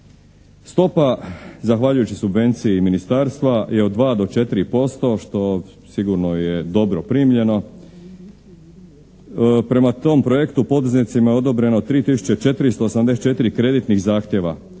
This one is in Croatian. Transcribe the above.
je od 2 do 4% što sigurno je dobro primljeno. Prema tom projektu poduzetnicima je odobreno 3 tisuće 474 kreditnih zahtjeva,